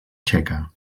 txeca